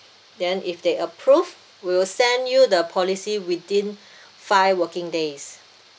then if they approved we will send you the policy within five working days